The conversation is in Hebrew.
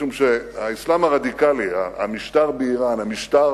משום שהאסלאם הרדיקלי, המשטר באירן, המשטר